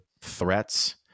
threats